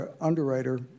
underwriter